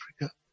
Africa